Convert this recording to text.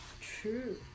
True